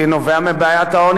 שהיא בעיה הרבה יותר גדולה.